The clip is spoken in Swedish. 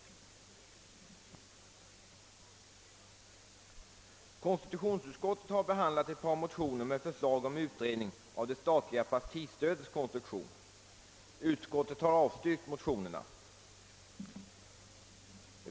Konstitutionsutskottet har behandlat ett par motioner med förslag om utredning av det statliga partistödets konstruktion. Utskottet har avstyrkt motionerna.